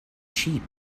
sheep